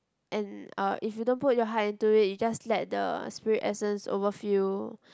and uh if you don't put your heart into it you just let the spirit essence overfill